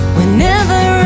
Whenever